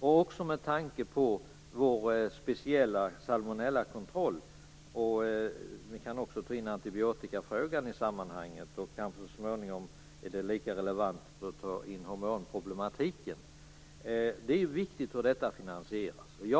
Det är den också med tanke på vår speciella salmonellakontroll. Vi kan också ta in antibiotikafrågan i sammanhanget, och så småningom är det kanske lika relevant att ta in hormonproblematiken. Hur verksamheten finansieras är viktigt.